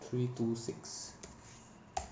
three two six